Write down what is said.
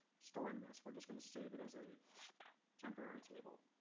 storing this. we're just going to save it as a temporary table.